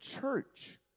church